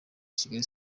kigali